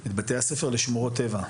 את בתי הספר לשמורות טבע.